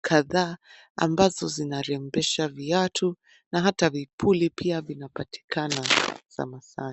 kadhaa ambazo zinarembesha viatu na hata vipuli pia vinapatikana za Maasai.